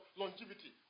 longevity